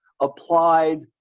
applied